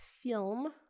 film